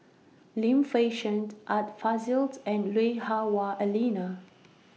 Lim Fei Shen Art Fazil and Lui Hah Wah Elena